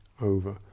over